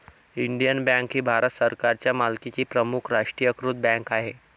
Indian bank ही भारत सरकारच्या मालकीची प्रमुख राष्ट्रीयीकृत बँक आहे